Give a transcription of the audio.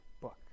book